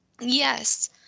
Yes